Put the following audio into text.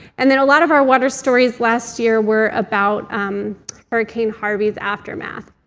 and then a lot of our water stories last year were about hurricane harvey's aftermath.